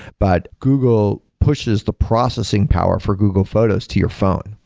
but google pushes the processing power for google photos to your phone.